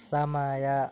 ಸಮಯ